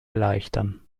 erleichtern